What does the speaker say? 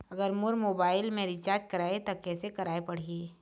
अगर मोर मोबाइल मे रिचार्ज कराए त कैसे कराए पड़ही?